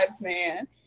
man